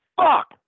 fuck